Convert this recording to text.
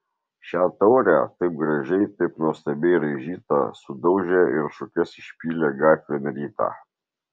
šią taurę taip gražiai taip nuostabiai raižytą sudaužė ir šukes išpylė gatvėn rytą